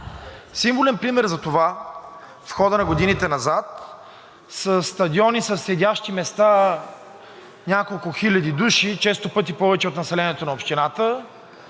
Символен пример за това в хода на годините назад са стадиони със седящи места няколко хиляди души, често пъти повече от населението на общината,